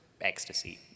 ecstasy